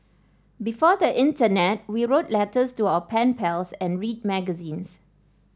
before the internet we wrote letters to our pen pals and read magazines